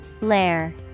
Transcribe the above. Lair